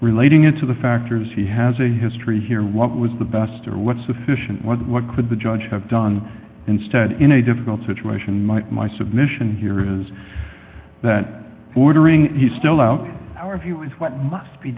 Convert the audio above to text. relating it to the factors he has a history here what was the best or what sufficient was it what could the judge have done instead in a difficult situation might my submission here is that ordering he's still out our view is what must be